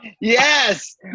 Yes